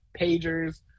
Pagers